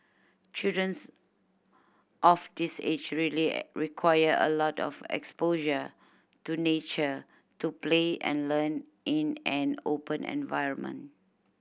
children of this age really require a lot of exposure to nature to play and learn in an open environment